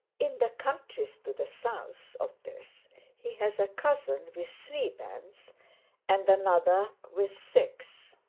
in the countries to the south of this he has a cousin with three bands and another with six.